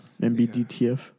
MBDTF